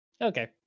Okay